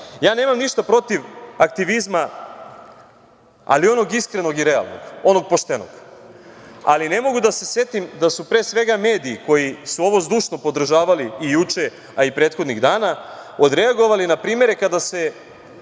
sati. Nemam ništa protiv aktivizma, ali onog iskrenog i realnog, onog poštenog, ali ne mogu da se setim da su pre svega mediji koji su ovo zdušno podržavali juče, a i prethodnih dana odreagovali na primere kada se